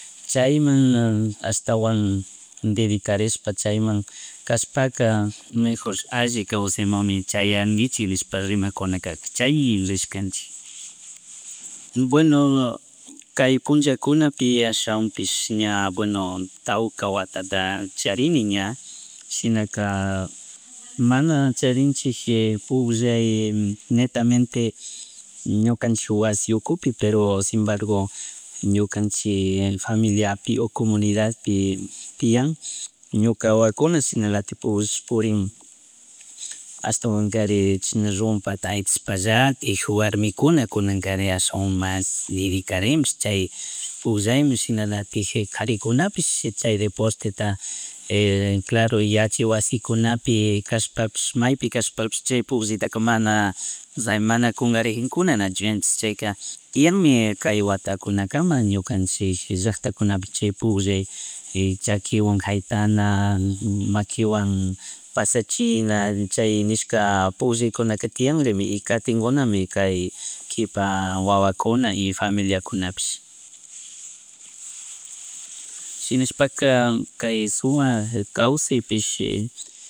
Chayma ashkatawan dedicarishpa chayman kashpaka mejor alli kawsaymanmi chayanguichik nishpa rimakunakarka chay rishkanchik. Bueno kay punllakunapi ashawanpish ña bueno, tawka watata charini ña shinaka mana charinchik pugllay netamente, ñukanchik wasi ukupi pero sin embargo ñukanchik familiapi o comunidadpi tiyan ñuka wawakuna shinalatik pugllashpa purin ashtawankari chishna rumpata jaytashpallati warmikuna kunankari ashawan mas dedicaripish chay chay pugllayman shinalatik karikunapish chay deporteta calro yachay wasikunapi kashpapish maypi kashpapish chay pullitapish mana mana kungarinkuna nachkanchik chayka tiyanmi kay watankunakama ñukanchik llacktakunapi chay pugllay y chakiwan jaitana, maquiwan pasachina chay nishka pugllaykunaka tiyanrimi y catinguna kay kipa wawakuna y familiakunapish. Shinashpaka kay sumak kawsahypish